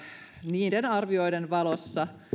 niiden arvioiden valossa